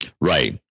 Right